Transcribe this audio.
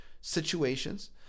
situations